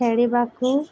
ଖେଳିବାକୁ